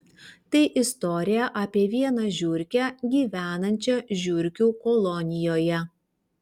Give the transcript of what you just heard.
tai istorija apie vieną žiurkę gyvenančią žiurkių kolonijoje